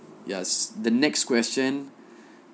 yes the next question